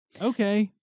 Okay